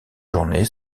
journée